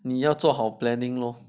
你要做好 planning lor